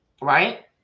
right